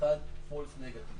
ואחד "false negative".